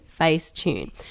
Facetune